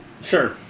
sure